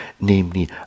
namely